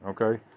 Okay